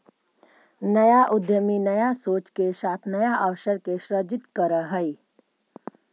नया उद्यमी नया सोच के साथ नया अवसर के सृजित करऽ हई